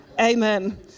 Amen